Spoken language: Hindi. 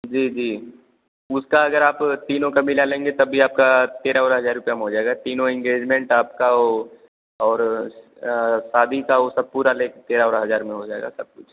जी जी उसका अगर आप तीनों का मिला लेंगे तब भी आपका तेरह ओरा हजार रुपये में हो जाएगा तीनों इंगेजमेंट आपका ओ और शादी का वो सब पूरा लेके तेरह ओरा हजार में हो जाएगा सब कुछ